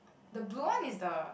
the blue one is the